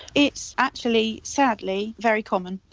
it's actually sadly, very common.